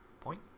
point